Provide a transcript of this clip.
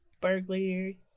burglary